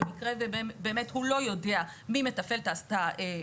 במקרה ובאמת הוא לא יודע מי מתפעל את ההנפקה.